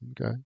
Okay